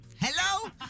Hello